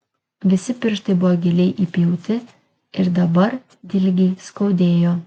visi pirštai buvo giliai įpjauti ir dabar dilgiai skaudėjo